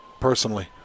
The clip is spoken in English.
personally